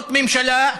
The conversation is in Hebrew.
זאת ממשלה,